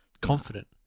confident